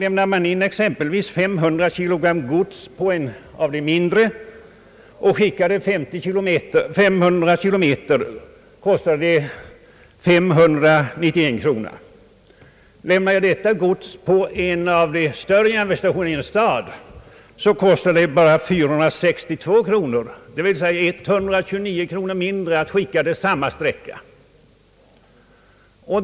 Lämnar man in exempelvis 500 kg gods på en av de mindre stationerna för att skicka det 500 km, kostar det 591 kronor. Lämnar man in detta gods på en av de större stationerna, i en stad t.ex., kostar det bara 462 kronor, dvs. 129 kronor mindre att skicka godset samma sträcka.